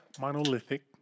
monolithic